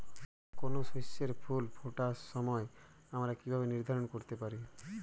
কোনো শস্যের ফুল ফোটার সময় আমরা কীভাবে নির্ধারন করতে পারি?